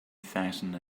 thousand